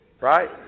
right